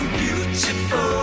beautiful